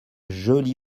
joli